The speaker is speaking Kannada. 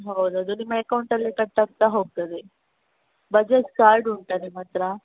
ಹೌದು ಅದು ನಿಮ್ಮ ಅಕೌಂಟಲ್ಲಿ ಕಟ್ ಆಗ್ತಾ ಹೋಗ್ತದೆ ಬಜಾಜ್ ಕಾರ್ಡ್ ಉಂಟಾ ನಿಮ್ಮತ್ತಿರ